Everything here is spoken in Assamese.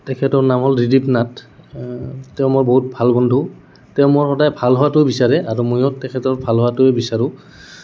তেখেতৰ নাম হ'ল ত্ৰিদীপ নাথ তেওঁ মোৰ বহুত ভাল বন্ধু তেওঁ মোৰ সদায় ভাল হোৱাটোৱে বিচাৰে আৰু ময়ো তেখেতৰ ভাল হোৱাটোৱে বিচাৰোঁ